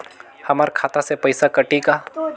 हमर खाता से पइसा कठी का?